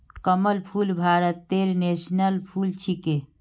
कमल फूल भारतेर नेशनल फुल छिके